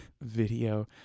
video